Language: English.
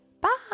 bye